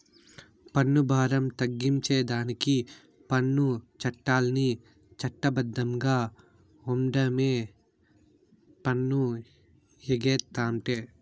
పన్ను బారం తగ్గించేదానికి పన్ను చట్టాల్ని చట్ట బద్ధంగా ఓండమే పన్ను ఎగేతంటే